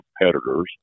competitors